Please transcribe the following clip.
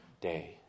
day